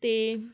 ਅਤੇ